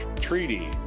treaty